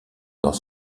dans